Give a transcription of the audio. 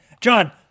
John